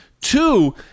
Two